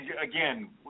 again